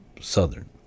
southern